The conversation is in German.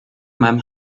meinem